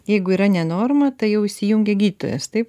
jeigu yra ne norma tai jau įsijungia gydytojas taip